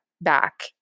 back